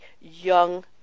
young